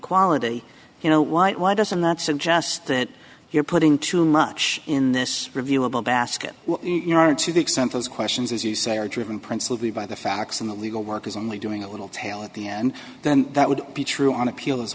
quality you know why why doesn't that suggest that you're putting too much in this reviewable basket you know to the extent those questions as you say are driven prince will be by the facts and the legal work is only doing a little tail at the end then that would be true on appeal as